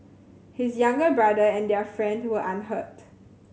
his younger brother and their friend were unhurt